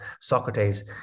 Socrates